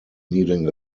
needing